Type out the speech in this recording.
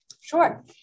Sure